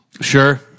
Sure